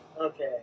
Okay